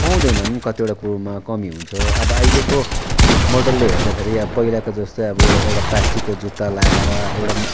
पाउँदैनन् कतिवटा कुरोमा कमी हुन्छ अब अहिलेको मोडलले हेर्दाखेरि अब पहिलाको जस्तो चाहिँ अब एउटा प्लास्टिकको जुत्ता लाएर एउटा